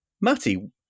Matty